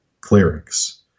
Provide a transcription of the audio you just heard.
clerics